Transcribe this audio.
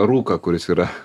rūką kuris yra